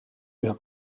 üha